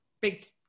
big